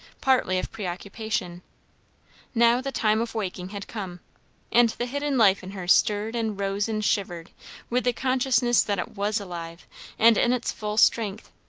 partly of preoccupation now the time of waking had come and the hidden life in her stirred and rose and shivered with the consciousness that it was alive and in its full strength,